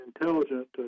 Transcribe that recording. intelligent